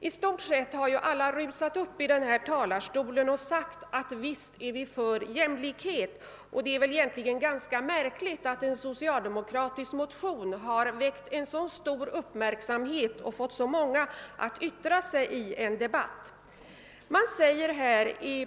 I stort sett alla talare har skyndat sig att förklara att man är för jämlikhet, och det är egentligen ganska märkligt att en socialdemokratisk motion väckt en sådan uppmärksamhet och föranlett så många att yttra sig i en debatt i denna kammare.